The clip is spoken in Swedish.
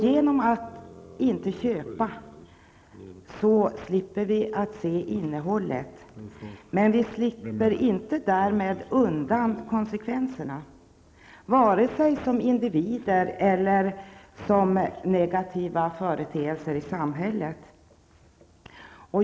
Genom att inte köpa slipper vi se innehållet, men vi slipper som individer därmed inte undan konsekvenserna, som negativa företeelser i samhället.